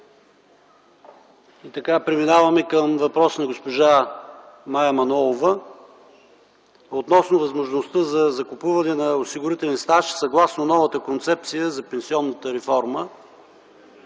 няма. Преминаваме към въпрос на госпожа Мая Манолова относно възможността за закупуване на осигурителен стаж съгласно новата концепция за пенсионната реформа.